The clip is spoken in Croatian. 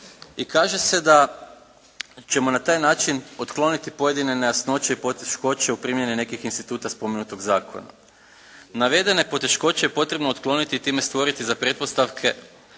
kaže se da ćemo na taj način otkloniti pojedine nejasnoće i poteškoće u primjeni nekih instituta spomenutog zakona. Navedene poteškoće je potrebno otkloniti i time stvoriti pretpostavke